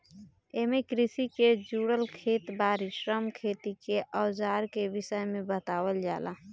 एमे कृषि के जुड़ल खेत बारी, श्रम, खेती के अवजार के विषय में बतावल जाला